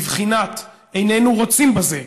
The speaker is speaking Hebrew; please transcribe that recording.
בבחינת איננו רוצים בזה,